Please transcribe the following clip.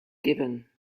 given